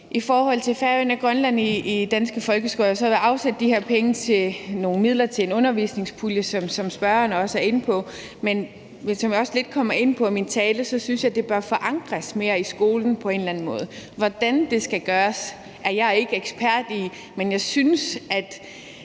om Færøerne og Grønland i danske folkeskoler er der afsat de her penge til nogle midler til en undervisningspulje, som spørgeren også er inde på, men som jeg også kom lidt ind på i min tale, synes jeg, det bør forankres mere i skolen på en eller anden måde. Hvordan det skal gøres, er jeg ikke ekspert i at